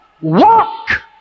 Walk